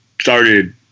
started